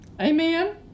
Amen